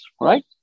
right